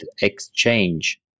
exchange